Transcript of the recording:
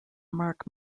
mark